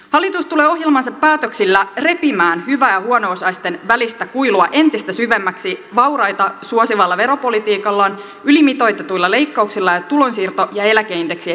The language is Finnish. hallitus tulee ohjelmansa päätöksillä repimään hyvä ja huono osaisten välistä kuilua entistä syvemmäksi vauraita suosivalla veropolitiikallaan ylimitoitetuilla leikkauksillaan ja tulonsiirto ja eläkeindeksien jäädyttämisellä